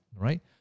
right